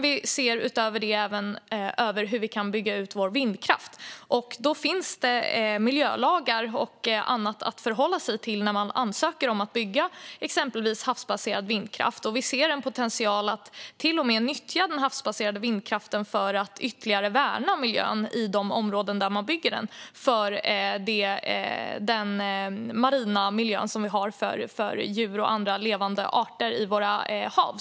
Vi ser utöver det även över hur vi kan bygga ut vår vindkraft. När man ansöker om att bygga exempelvis havsbaserad vindkraft finns det miljölagar och annat att förhålla sig till, och vi ser en potential att till och med nyttja den havsbaserade vindkraften för att ytterligare värna miljön i de områden där man bygger den, för den marina miljön som vi har för djur och andra levande arter i våra hav.